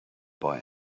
boy